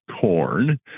corn